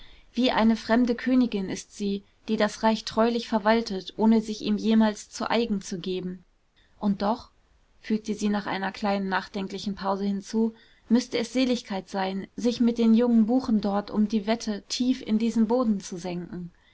wie eine fremde königin ist sie die das reich treulich verwaltet ohne sich ihm jemals zu eigen zu geben und doch fügte sie nach einer kleinen nachdenklichen pause hinzu müßte es seligkeit sein sich mit den jungen buchen dort um die wette tief in diesen boden zu senken